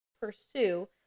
pursue